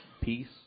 peace